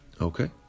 Okay